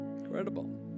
Incredible